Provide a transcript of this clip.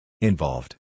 Involved